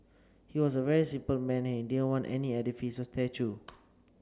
he was a very simple man he didn't want any edifice or statue